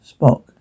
Spock